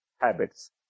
habits